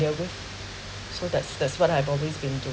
familiar with so that's that's what I have always been doing